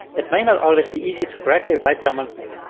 it may not always be easy to correctly write someone's name.